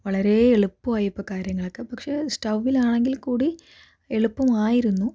വളരേ എളുപ്പമായി ഇപ്പോൾ കാര്യങ്ങളൊക്കെ പക്ഷെ സ്റ്റൗവ്വിലാണെങ്കിൽക്കൂടി എളുപ്പമായിരുന്നു